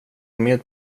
med